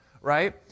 right